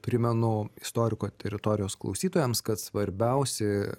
primenu istoriko teritorijos klausytojams kad svarbiausi